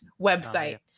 website